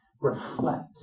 reflect